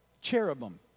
cherubim